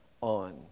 on